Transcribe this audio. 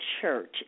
church